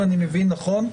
אם אני מבין נכון,